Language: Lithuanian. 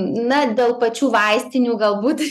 na dėl pačių vaistinių galbūt